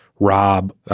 rob,